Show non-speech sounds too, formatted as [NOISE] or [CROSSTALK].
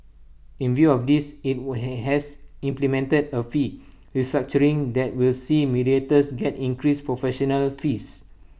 in view of this IT [UNINTELLIGIBLE] has implemented A fee restructuring that will see mediators get increased professional fees